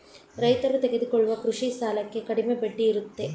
ರೈತರು ತೆಗೆದುಕೊಳ್ಳುವ ಕೃಷಿ ಸಾಲಕ್ಕೆ ಕಡಿಮೆ ಬಡ್ಡಿ ಇರುತ್ತೆ